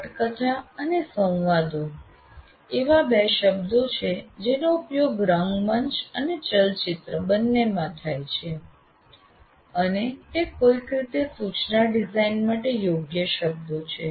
પટકથા અને સંવાદો એવા બે શબ્દો છે જેનો ઉપયોગ રંગમંચ અને ચલચિત્રો બંનેમાં થાય છે અને તે કોઈક રીતે સૂચના ડિઝાઇન માટે યોગ્ય શબ્દો છે